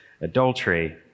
adultery